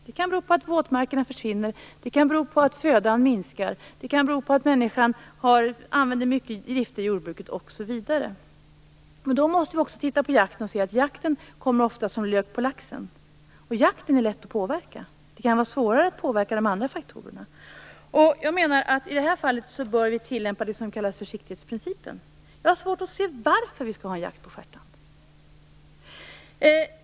Det kan bero på att våtmarkerna försvinner, att födan minskar, att människan använder mycket gifter i jordbruket osv. Men vi kan också se att jakten ofta kommer som lök på laxen. Jakten är lätt att påverka. Det kan vara svårare att påverka de andra faktorerna. Jag menar att vi i det här fallet bör tillämpa det som kallas försiktighetsprincipen. Jag har svårt att se varför vi skall ha en jakt på stjärtand.